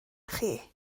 chi